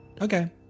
Okay